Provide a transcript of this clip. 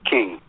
King